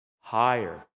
higher